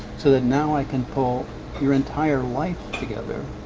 so that now i can pull your entire life together.